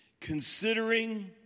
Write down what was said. considering